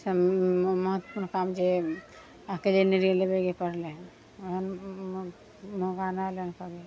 मौका जे अकेले जेबै एबैके पड़य ओहन मौका नहि एलै हइ कभी